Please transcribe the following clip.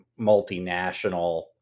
multinational